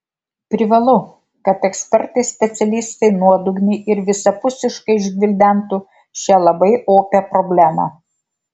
privalu kad ekspertai specialistai nuodugniai ir visapusiškai išgvildentų šią labai opią problemą